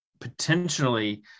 potentially